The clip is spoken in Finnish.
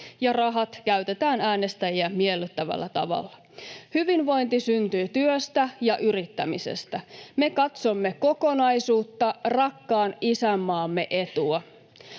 ja rahat käytetään äänestäjiä miellyttävällä tavalla. Hyvinvointi syntyy työstä ja yrittämisestä. [Sebastian Tynkkynen: Kuunnelkaa,